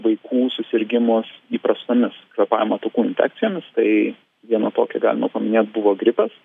vaikų susirgimus įprastomis kvėpavimo takų infekcijomis tai vieną tokį galima paminėt buvo gripas